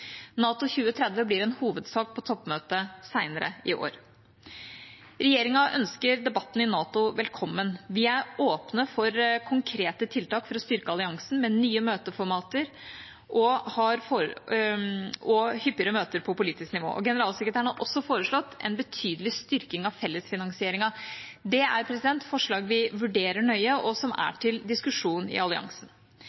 NATO 2030 blir en hovedsak på toppmøtet senere i år. Regjeringa ønsker debatten i NATO velkommen. Vi er åpne for konkrete tiltak for å styrke alliansen, med nye møteformater og hyppigere møter på politisk nivå. Generalsekretæren har også foreslått en betydelig styrking av fellesfinansieringen. Det er et forslag vi vurderer nøye, og som er